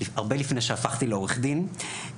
הרבה לפני שהפכתי לעורך דין,